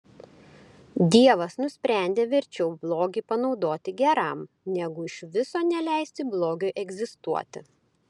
dievas nusprendė verčiau blogį panaudoti geram negu iš viso neleisti blogiui egzistuoti